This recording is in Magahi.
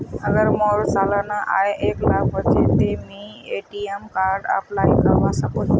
अगर मोर सालाना आय एक लाख होचे ते मुई ए.टी.एम कार्ड अप्लाई करवा सकोहो ही?